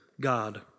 God